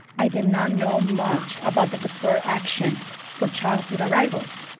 i did not know much about the deferred action for childhood arrivals.